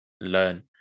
learn